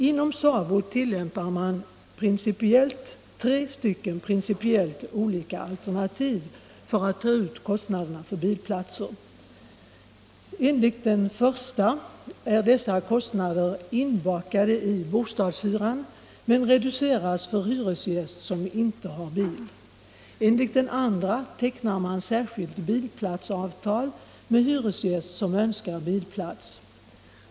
Inom SABO tillämpar man tre principiellt olika alternativ för att ta ut kostnaderna för bilplatser. Enligt det första är dessa kostnader inbakade i bostadshyran men reduceras för hyresgäst som inte har bil. Enligt det andra tecknar man särskilt bilplatsavtal med hyresgäst som önskar bilplats.